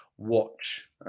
Watch